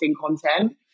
content